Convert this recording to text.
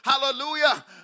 hallelujah